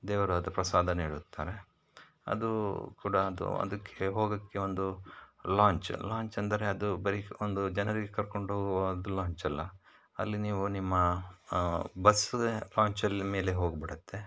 ದೇವರಾದ ಪ್ರಸಾದ ನೀಡುತ್ತಾರೆ ಅದು ಕೂಡ ಅದು ಅದಕ್ಕೆ ಹೋಗಕ್ಕೆ ಒಂದು ಲಾಂಚ್ ಲಾಂಚ್ ಅಂದರೆ ಅದು ಬರೀ ಒಂದು ಜನರಿಗೆ ಕರ್ಕೊಂಡು ಅದು ಲಾಂಚಲ್ಲ ಅಲ್ಲಿ ನೀವು ನಿಮ್ಮ ಬಸ್ ಲಾಂಚಲ್ಲಿ ಮೇಲೆ ಹೋಗ್ಬಿಡತ್ತೆ